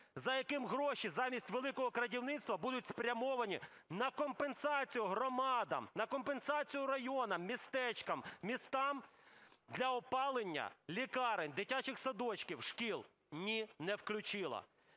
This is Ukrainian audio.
за яким гроші, замість "великого крадівництва", будуть спрямовані на компенсацію громадам, на компенсацію районам, містечкам, містам для опалення лікарень, дитячих садочків, шкіл? Ні, не включила.